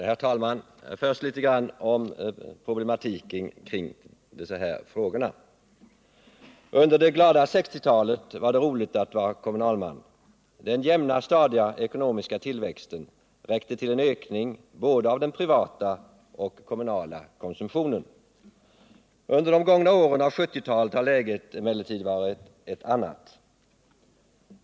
Herr talman! Först något om bakgrunden till de kommunalekonomiska problemen. Under det glada 1960-talet var det roligt att vara kommunalman. Den jämna, stadiga ekonomiska tillväxten räckte till en ökning av både den privata och den kommunala konsumtionen. Under de gångna åren av 1970-talet har läget varit ett annat.